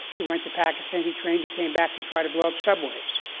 he went to pakistan, he trained, he came back to try to blow up subways.